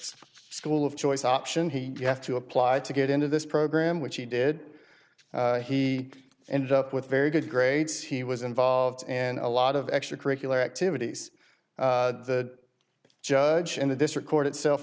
school of choice option he you have to apply to get into this program which he did he ended up with very good grades he was involved in a lot of extracurricular activities the judge and the district court itself